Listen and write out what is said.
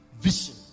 vision